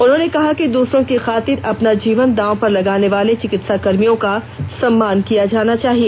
उन्होंने कहा कि दूसरों की खातिर अपना जीवन दांव पर लगाने वाले चिकित्साकर्मियों का सम्मान किया जाना चाहिए